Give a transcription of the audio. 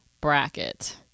bracket